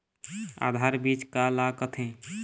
आधार बीज का ला कथें?